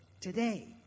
today